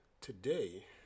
Today